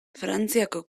frantziako